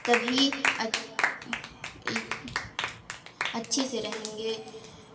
تبھی اچھے سے رہیں گے